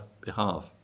behalf